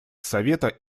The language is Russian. совета